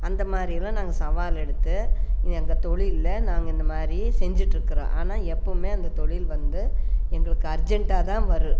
அந்த மாதிரியெல்லாம் நாங்கள் சவால் எடுத்து இது எங்கள் தொழிலில் நாங்கள் இந்த மாதிரி செஞ்சிட்ருக்கிறோம் ஆனால் எப்பவும் அந்த தொழில் வந்து எங்களுக்கு அர்ஜெண்டாக தான் வரும்